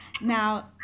Now